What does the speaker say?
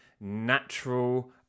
Natural